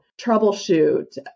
troubleshoot